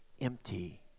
empty